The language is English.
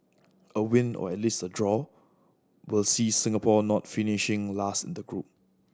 a win or at least a draw will see Singapore not finishing last in the group